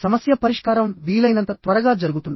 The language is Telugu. సమస్య పరిష్కారం వీలైనంత త్వరగా జరుగుతుంది